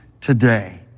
today